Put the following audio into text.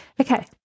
Okay